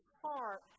heart